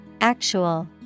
Actual